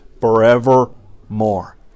forevermore